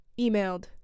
emailed